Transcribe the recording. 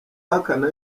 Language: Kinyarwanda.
ahakana